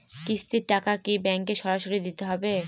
কিস্তির টাকা কি ব্যাঙ্কে সরাসরি দিতে হবে?